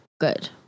good